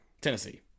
Tennessee